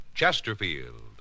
Chesterfield